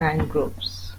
mangroves